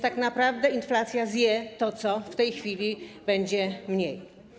Tak naprawdę inflacja zje to, czego w tej chwili będzie mniej.